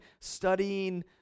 studying